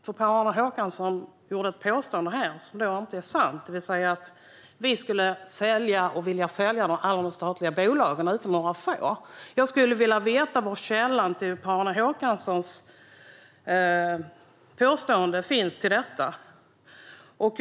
Per-Arne Håkansson påstod någonting som inte är sant, nämligen att vi skulle vilja sälja alla de statliga bolagen utom några få. Jag skulle vilja veta var källan till Per-Arne Håkanssons påstående om detta finns.